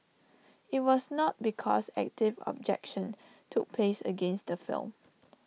IT was not because active objection took place against the film